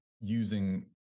using